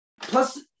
Plus